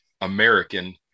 American